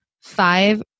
five